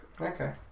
Okay